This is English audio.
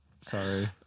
Sorry